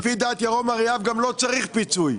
וגם לפי דעת ירום אריאב לא צריך פיצוי,